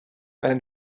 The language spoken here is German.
einen